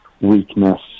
weakness